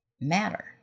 matter